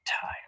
time